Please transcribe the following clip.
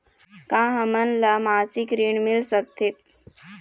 का हमन ला मासिक ऋण मिल सकथे?